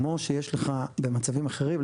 כמו שיש לך במצבים אחרים,